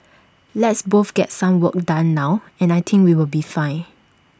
let's both get some work done now and I think we will be fine